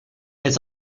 has